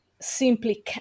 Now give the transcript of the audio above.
simply